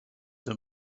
the